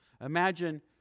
Imagine